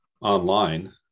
online